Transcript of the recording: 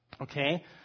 Okay